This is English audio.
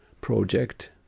project